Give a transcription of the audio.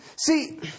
See